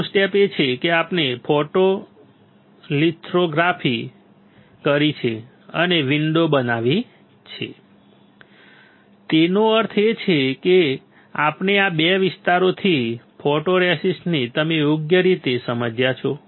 આગળનું સ્ટેપ એ છે કે આપણે ફોટોલિથોગ્રાફી કરી છે અને વિન્ડો બનાવી છે તેનો અર્થ એ છે કે આપણે આ 2 વિસ્તારમાંથી ફોટોરેસિસ્ટને તમે યોગ્ય રીતે સમજ્યા છે